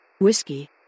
Whiskey